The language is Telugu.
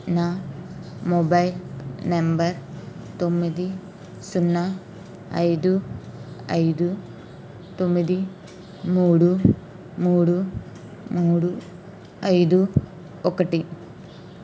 నా మొబైల్ నెంబర్ తొమ్మిది సున్నా ఐదు ఐదు తొమ్మిది మూడు మూడు మూడు ఐదు ఒకటి